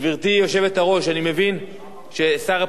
אני מבין ששר הפנים לא מתכוון להגיע.